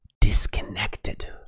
disconnected